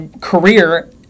career